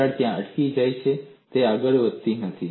તિરાડ ત્યાં અટકી જાય છે તે આગળ વધતું નથી